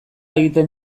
egiten